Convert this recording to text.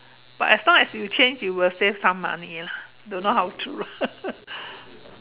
but as long as you change you will save some money lah don't know how true lah